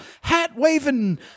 hat-waving